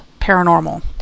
Paranormal